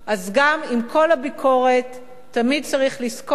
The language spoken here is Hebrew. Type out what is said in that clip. אז גם עם כל הביקורת תמיד צריך לזכור,